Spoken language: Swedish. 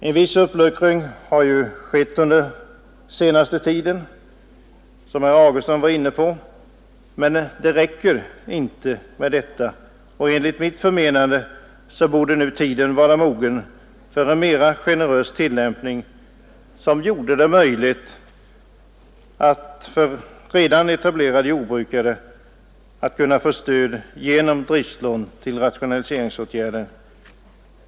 En viss uppluckring av kraven har ju skett under senare år, vilket herr Augustsson var inne på, men det räcker inte med detta. Enligt mitt förmenande borde nu tiden vara mogen för en mera generös tillämpning, som gjorde det möjligt för redan etablerade jordbrukare att genom driftslån få stöd för rationaliseringsåtgärder.